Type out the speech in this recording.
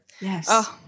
Yes